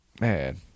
Man